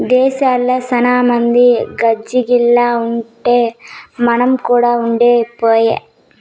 విదేశాల్ల సాన మంది గాజిల్లల్ల ఉన్నట్టే మనం కూడా ఉంటే పాయె